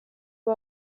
who